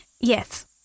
Yes